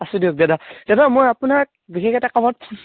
আছো দিয়ক দাদা দাদা মই আপোনাক বিশেষ এটা কামত ফো